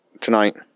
tonight